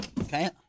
Okay